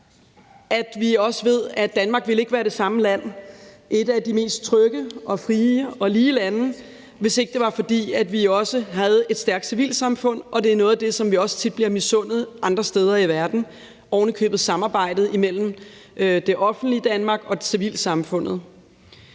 det, vi ved: Danmark ville ikke være det samme land, et af de mest trygge og frie og lige lande, hvis det ikke var, fordi vi også havde et stærkt civilsamfund. Det er noget af det, som vi også tit bliver misundt andre steder i verden – oven i købet samarbejdet imellem det offentlige Danmark og civilsamfundet.